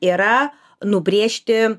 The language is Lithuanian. yra nubrėžti